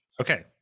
okay